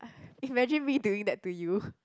imagine me doing that to you